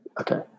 Okay